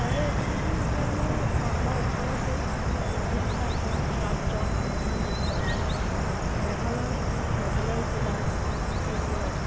তাৰে এটা হৈছে যেতিয়া আমি আমাৰ ওচৰতে লাগি থকা এখন ৰাজ্য আৰু এখন চহৰ মেঘালয় মেঘালয় জিলাৰ হৈছে শ্বিলং